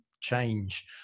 change